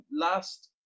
last